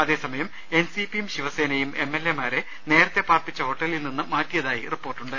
അതേസമയം N C പിയും ശിവസേനയും എം എൽ എമാരെ നേരത്ത പാർപ്പിച്ച ഹോട്ടലിൽ നിന്ന് മാറ്റിയതായും റിപ്പോർട്ടുണ്ട്